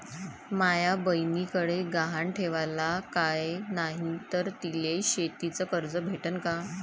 माया बयनीकडे गहान ठेवाला काय नाही तर तिले शेतीच कर्ज भेटन का?